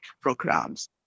programs